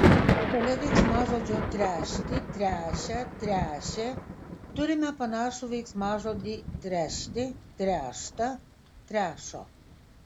šalia veiksmažodžio tręšti tręšia tręšė turime panašų veiksmažodį trešti tręšta trešo